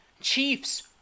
Chiefs